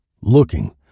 looking